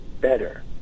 better